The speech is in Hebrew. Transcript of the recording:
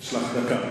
יש לך דקה.